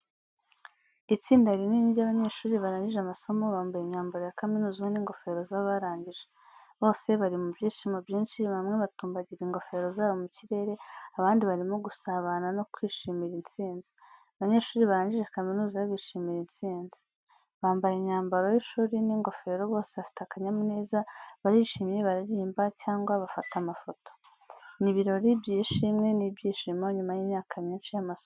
Itsinda rinini ry’abanyeshuri barangije amasomo, bambaye imyambaro ya kaminuza n’ingofero z’abarangije. Bose bari mu byishimo byinshi, bamwe batumbagira ingofero zabo mu kirere, abandi barimo gusabana no kwishimira intsinzi. banyeshuri barangije kaminuza bishimira intsinzi. Bambaye imyambaro y’ishuri n’ingofero, bose bafite akanyamuneza, barishimye, bararirimba cyangwa bafata amafoto. Ni ibirori by'ishimwe n'ibyishimo nyuma y’imyaka myinshi y’amasomo.